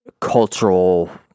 cultural